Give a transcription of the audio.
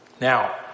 Now